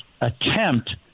attempt